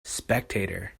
spectator